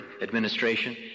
administration